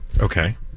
Okay